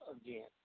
again